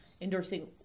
endorsing